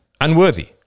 Unworthy